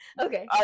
okay